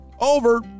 Over